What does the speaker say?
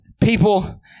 People